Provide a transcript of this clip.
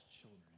children